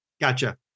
Gotcha